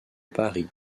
paris